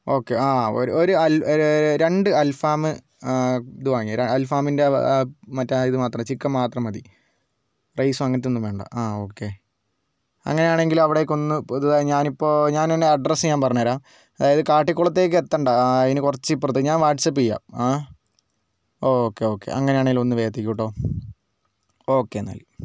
okay ആ ഒരു അൽ ഒരു രണ്ട് അൽഫാമ് ഇത് വാങ്ങിയേര് അൽഫാമിൻ്റെ മറ്റേ ഇത് മാത്രം ചിക്കൻ മാത്രം മതി റൈസോ അങ്ങനെത്തെയൊന്നും വേണ്ട ആ ഒക്കെ അങ്ങനെയാണെങ്കിൽ അവിടേക്ക് ഒന്ന് പൊതുവേ ഞാനിപ്പോൾ ഞാനെൻ്റെ അഡ്രസ്സ് ഞാൻ പറഞ്ഞു തരാം അതായത് കാട്ടിക്കുളത്തേക്ക് എത്തണ്ട അതിനു കുറച്ച് ഇപ്പുറത്ത് ഞാൻ വാട്സ്ആപ്പ് ചെയ്യാം ആ ഓക്കേ ഓക്കേ അങ്ങനെയാണെങ്കിൽ ഒന്ന് വേഗം എത്തിക്കുട്ടോ ഓക്കേ എന്നാൽ